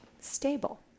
stable